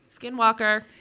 Skinwalker